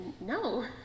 no